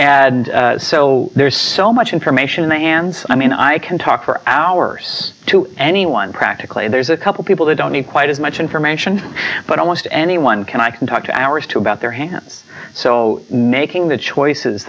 push so there's so much information in the hands i mean i can talk for hours to anyone practically there's a couple people who don't need quite as much information but almost anyone can i can talk to hours too about their hands so making the choices